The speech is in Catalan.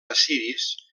assiris